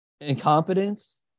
Incompetence